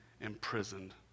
imprisoned